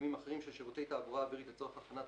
מתאימים אחרים של שירותי תעבורה אווירית לצורך הכנת